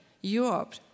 Europe